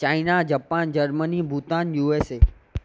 China Japan Germany Bhutan USA